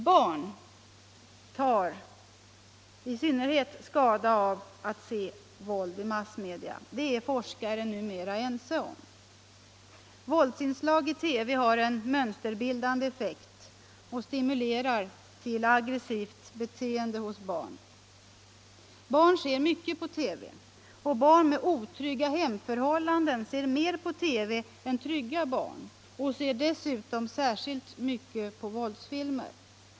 Barn tar i synnerhet skada av att se våld i massmedia. Det är forskare numera ense om. Våldsinslag i TV har en mönsterbildande effekt och stimulerar till aggressivt beteende hos barn. Barn ser mycket på TV och barn med otrygga hemförhållanden ser mer på TV än trygga barn och ser dessutom särskilt mycket på våldsfilmer.